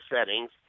settings